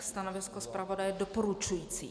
Stanovisko zpravodaje doporučující.